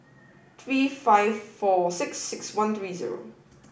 three five four six six one three zero